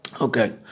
Okay